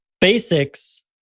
basics